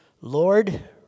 Lord